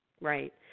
Right